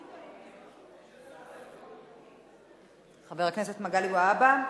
התשע"ב 2011, של חבר הכנסת מגלי והבה.